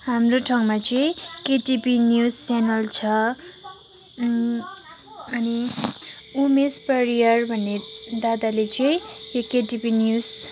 हाम्रो ठाउँमा चाहिँ केटिभी न्युज च्यानल छ अनि उमेश परियार भन्ने दादाले चाहिँ यो केटिभी न्युज